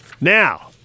Now